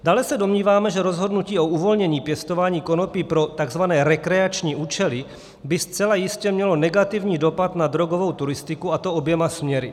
Dále se domníváme, že rozhodnutí o uvolnění pěstování konopí pro takzvané rekreační účely by zcela jistě mělo negativní dopad na drogovou turistiku, a to oběma směry.